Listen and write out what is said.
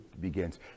begins